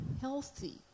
healthy